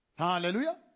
Hallelujah